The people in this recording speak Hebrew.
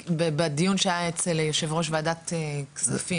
בדיון שהיה אצל יו"ר ועדת הכספים.